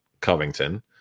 Covington